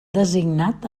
designat